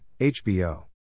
HBO